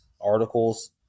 articles